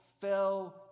fell